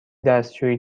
دستشویی